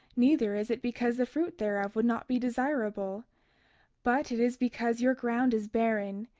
neither is it because the fruit thereof would not be desirable but it is because your ground is barren,